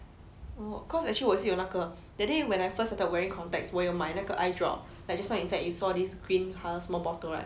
oh cause actually 我也是有那个 that day when I first started wearing contacts 我有买那个 eye drop like just now inside you saw this green colour small bottle right